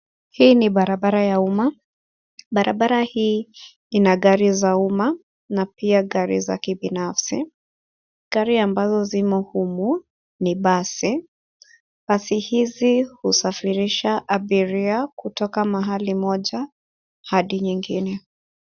Hii ni barabara ya umma. Barabara hii ina gari za umma na pia gari za kibinafsi. Gari ambazo zimo humu ni basi. Basi hizi husafirisha abiria kutoka mahali moja hadi nyingine.